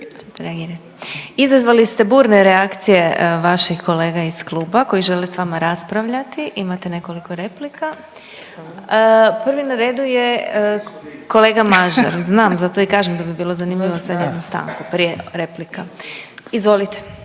Izazvali ste burne reakcije vaših kolega iz kluba koji žele s vama raspravljati. Imate nekoliko replika. Prvi na redu je kolega Mažar .../Upadica se ne čuje./... znam, zato i kažem da bi bilo zanimljivo sad jednu stanku prije replika. Izvolite.